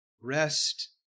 rest